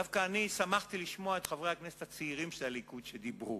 דווקא אני שמחתי לשמוע את חברי הכנסת הצעירים של הליכוד שדיברו,